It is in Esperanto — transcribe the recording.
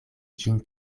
ĝin